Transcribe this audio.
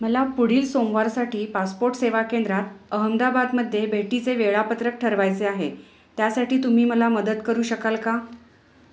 मला पुढील सोमवारसाठी पासपोर्ट सेवा केंद्रात अहमदाबादमध्ये भेटीचे वेळापत्रक ठरवायचे आहे त्यासाठी तुम्ही मला मदत करू शकाल का